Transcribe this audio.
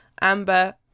Amber